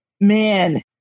man